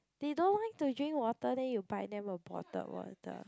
they don't like to drink water than you buy them a bottled water